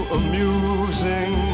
amusing